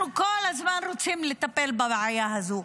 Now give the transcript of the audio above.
אנחנו כל הזמן רוצים לטפל בבעיה הזו,